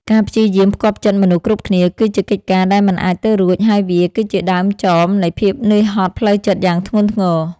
ការព្យាយាមផ្គាប់ចិត្តមនុស្សគ្រប់គ្នាគឺជាកិច្ចការដែលមិនអាចទៅរួច ហើយវាគឺជាដើមចមនៃភាពនឿយហត់ផ្លូវចិត្តយ៉ាងធ្ងន់ធ្ងរ។